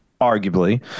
arguably